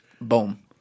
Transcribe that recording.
Boom